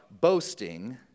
boasting